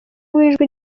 w’ijwi